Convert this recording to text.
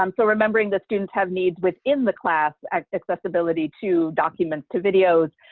um so remembering the students have needs within the class, accessibility to documents to videos,